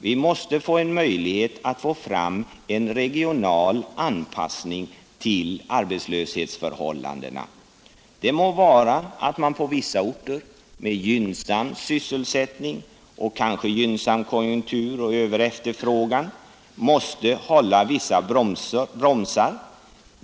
Vi måste ha en möjlighet att få fram en regional anpassning till arbetslöshetsförhål landena. Det må vara att man på vissa orter med gynnsam sysselsättning och kanske gynnsam konjunktur och överefterfrågan måste hålla vissa bromsar.